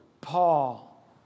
Paul